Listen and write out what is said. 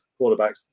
quarterbacks